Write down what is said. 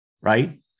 right